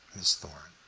miss thorn?